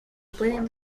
pueden